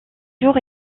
jours